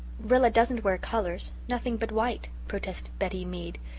rilla doesn't wear colours nothing but white, protested betty mead.